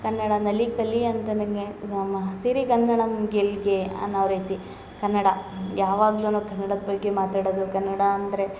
ಕನ್ನಡ ನಲಿಕಲಿ ಅಂತ ನನಗೆ ಸಿರಿಗನ್ನಡಂ ಗೆಲ್ಗೆ ಅನ್ನೊ ರೀತಿ ಕನ್ನಡ ಯಾವಾಗಲೂನು ಕನ್ನಡದ ಬಗ್ಗೆ ಮಾತಾಡೋದು ಕನ್ನಡ ಅಂದರೆ